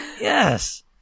Yes